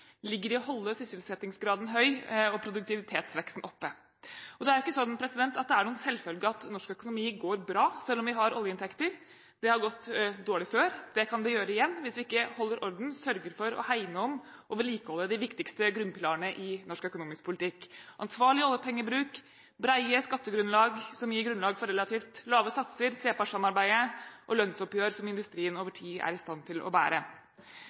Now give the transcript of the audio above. ligger i å holde sysselsettingsgraden høy og produktivitetsveksten oppe. Det er ikke sånn at det er en selvfølge at norsk økonomi går bra selv om vi har oljeinntekter. Det har gått dårlig før, og det kan det gjøre igjen hvis vi ikke holder orden og sørger for å hegne om og vedlikeholde de viktigste grunnpilarene i norsk økonomisk politikk: ansvarlig oljepengebruk, brede skattegrunnlag som gir grunnlag for relativt lave satser, trepartssamarbeidet, og lønnsoppgjør som industrien over tid er i stand til å bære.